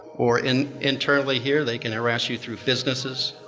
or and internally here, they can harass you through businesses.